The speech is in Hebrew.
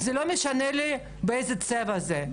זה לא משנה לי באיזה צבע זה,